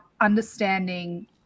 understanding